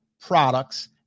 products